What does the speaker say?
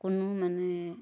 কোনো মানে